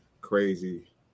crazy